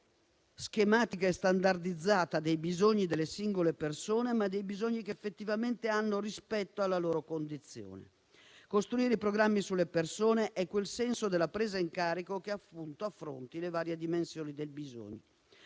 non schematica e standardizzata dei bisogni delle singole persone, ma di quelli effettivi rispetto alla loro condizione. Costruire i programmi sulle persone è quel senso della presa in carico che affronti, appunto, le varie dimensioni del bisogno,